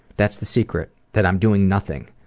that's the secret, that i'm doing nothing.